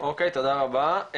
תודה רבה.